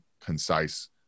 concise